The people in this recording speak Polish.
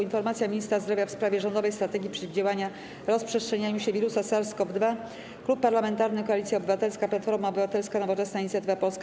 Informacja Ministra Zdrowia w sprawie rządowej strategii przeciwdziałania rozprzestrzenianiu się wirusa SARS-CoV-2; - Klub Parlamentarny Koalicja Obywatelska - Platforma Obywatelska, Nowoczesna, Inicjatywa Polska,